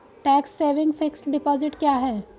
Tax saving fixed deposit क्या है?